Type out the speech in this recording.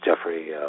Jeffrey